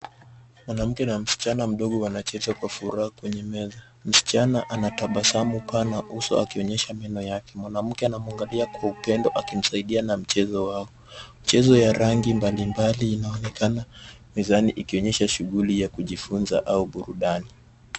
Mwanamke na msichana mdogo wanacheza Kwa furaha kwenye meza. Msichana anatabasamu pana uso akionyesha meno yake. Mwanamke anamwamgalia Kwa upendo akimsaidia na mchezo wao. Michezo ya rangi mbalimbali inaonekana mezani ikionyesha shughuli ya kujifunza au burudani.